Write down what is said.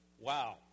Wow